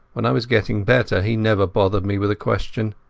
when i was getting better, he never bothered me with a question.